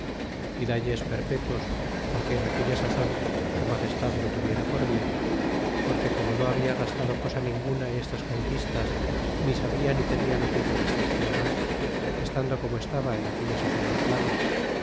y dalles perpetuos porque en aquella sazon su magestad lo tuviera por bien porque como no habla gastado cosa ninguna en estas conquistas ni sabia ni tenia noticia destas tierras estando como estaba en aquella sazon en flandes